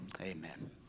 Amen